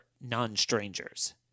non-strangers